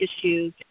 issues